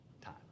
time